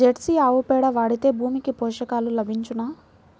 Jersey ఆవు పేడ వాడితే భూమికి పోషకాలు లభించునా?